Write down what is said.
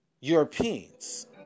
Europeans